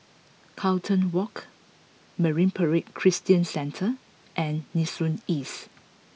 Carlton Walk Marine Parade Christian Centre and Nee Soon East